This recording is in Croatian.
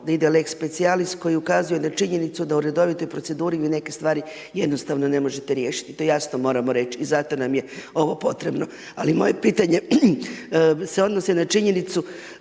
da ide lex specialis koji ukazuje na činjenicu da u redovitoj proceduri vi neke stvari jednostavno ne možete riješiti, to jasno moramo reći i zato nam je ovo potrebno. Ali moje pitanje se odnosi na činjenicu,